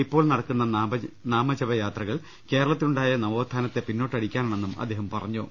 ഇപ്പോൾ നടക്കുന്ന നാമജപയാത്രകൾ കേരളത്തിലുണ്ടായ നവോത്ഥാനത്തെ പിന്നോട്ടടിക്കാ നാണെന്നും അദ്ദേഹം പറഞ്ഞു